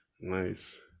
Nice